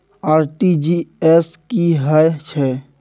RTG S की है छै?